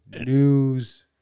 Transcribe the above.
news